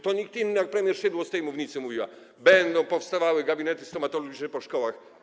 To nikt inny, jak premier Szydło z tej mównicy mówiła: będą powstawały gabinety stomatologiczne w szkołach.